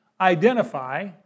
identify